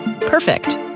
perfect